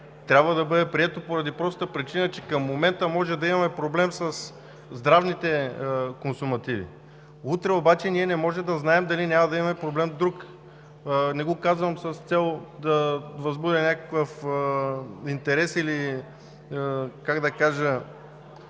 трябва да бъде прието поради простата причина, че към момента може да имаме проблем със здравните консумативи. Утре обаче ние не може да знаем дали няма да имаме друг проблем. Не го казвам с цел да възбудя някакъв интерес. Мисля, че тук